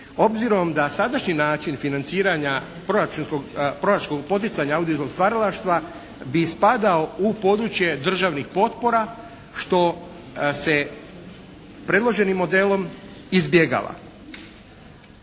obzirom da sadašnji način financiranja proračunskog poticanja audiovizualnog stvaralaštva bi spadao u područje državnih potpora što se predloženim modelom izbjegava.